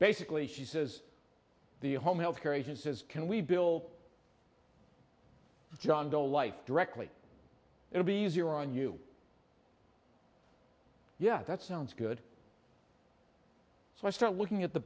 basically she says the home health care agent says can we bill jondo life directly it'll be easier on you yet that sounds good so i start looking at the